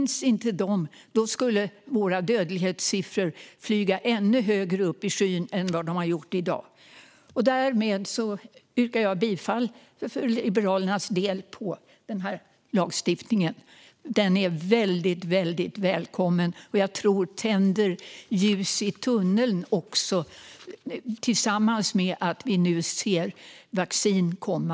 Om inte de fanns skulle våra dödlighetssiffror flyga ännu högre upp i skyn än vad de gör i dag. Därmed yrkar jag för Liberalernas del bifall till utskottets förslag. Denna lagstiftning är väldigt välkommen, och jag tror att den tänder ljus i tunneln tillsammans med att vi nu ser vaccin komma.